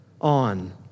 on